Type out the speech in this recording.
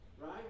right